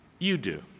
you do.